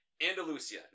Andalusia